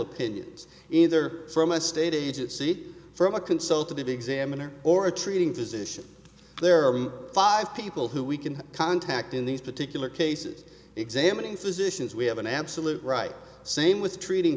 opinions either from a state agency from a consultative examiner or a treating physician there are five people who we can contact in these particular cases examining physicians we have an absolute right same with treating